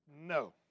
No